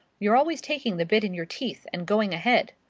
you're always taking the bit in your teeth and going ahead.